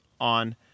on